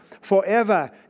Forever